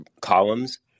columns